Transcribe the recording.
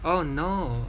oh no